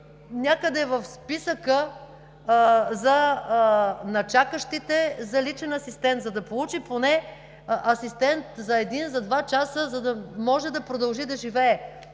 някъде в списъка на чакащите за личен асистент, за да получи асистент поне за един, за два часа, за да може да продължи да живее.